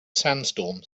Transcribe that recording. sandstorm